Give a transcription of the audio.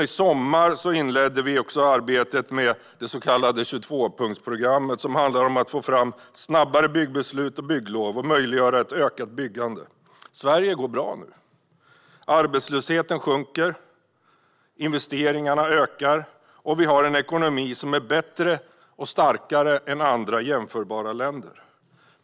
I somras inledde vi också arbetet med det så kallade 22-punktsprogrammet, som handlar om att få fram snabbare byggbeslut och bygglov och som möjliggör ett ökat byggande. Sverige går bra nu. Arbetslösheten sjunker, investeringarna ökar och vi har en ekonomi som är bättre och starkare än i andra jämförbara länder.